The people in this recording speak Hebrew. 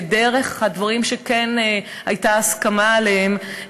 דרך הדברים שכן הייתה הסכמה עליהם,